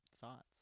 thoughts